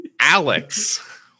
Alex